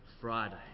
Friday